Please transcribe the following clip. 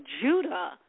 Judah